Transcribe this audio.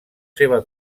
seva